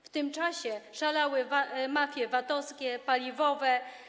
W tym czasie szalały mafie VAT-owskie, paliwowe.